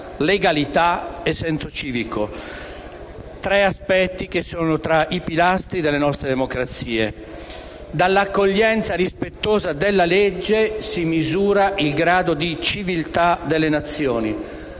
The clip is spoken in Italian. legalità e senso civico, tre aspetti che sono tra i pilastri delle nostre democrazie. Dall'accoglienza rispettosa della legge si misura il grado di civiltà delle Nazioni.